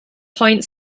point